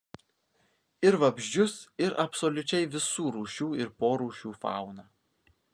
ir vabzdžius ir absoliučiai visų rūšių ir porūšių fauną